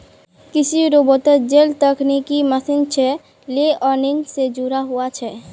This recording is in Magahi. कृषि रोबोतोत जेल तकनिकी मशीन छे लेअर्निंग से जुदा हुआ छे